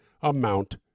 amount